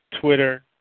Twitter